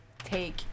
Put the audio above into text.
Take